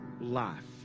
life